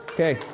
Okay